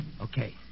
Okay